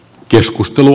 keskustelu